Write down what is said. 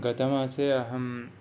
गतमासे अहम्